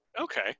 okay